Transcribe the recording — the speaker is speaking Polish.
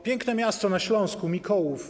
Piękne miasto na Śląsku - Mikołów.